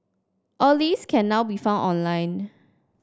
all these can now be found online